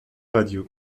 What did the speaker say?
radio